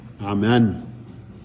Amen